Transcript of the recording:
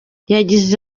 yagize